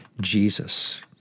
Jesus